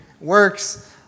Works